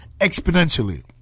exponentially